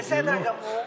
בסדר גמור.